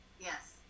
Yes